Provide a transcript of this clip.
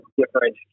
different